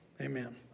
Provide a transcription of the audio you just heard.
Amen